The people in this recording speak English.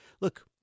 look